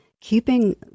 keeping